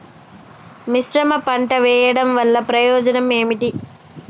మిశ్రమ పంట వెయ్యడం వల్ల ప్రయోజనం ఏమిటి?